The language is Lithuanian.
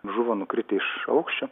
žuvo nukritę iš aukščio